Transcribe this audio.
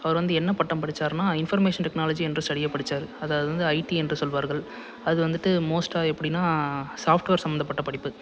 அவர் வந்து என்ன பட்டம் படித்தாருனா இன்ஃபர்மேஷன் டெக்னாலஜி என்ற ஸ்டடியை படித்தாரு அதாவது வந்து ஐடி என்று சொல்வார்கள் அது வந்துட்டு மோஸ்ட்டாக எப்படின்னா சாஃப்ட்வேர் சம்பந்தப்பட்ட படிப்பு